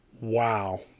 Wow